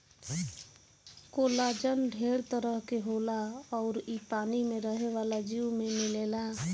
collagen ढेर तरह के होला अउर इ पानी में रहे वाला जीव में मिलेला